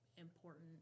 important